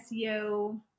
SEO